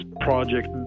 project